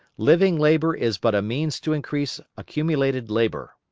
living labour is but a means to increase accumulated labour.